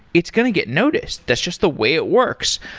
it's going to get noticed. that's just the way it works.